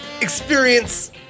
experience